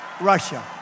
Russia